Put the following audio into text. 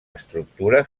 estructura